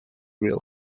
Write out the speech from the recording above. real